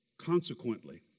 Consequently